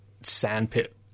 sandpit